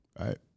right